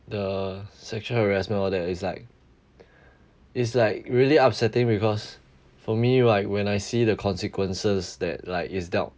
the sexual harassment all that it's like it's like really upsetting because for me right when I see the consequences that like is dealt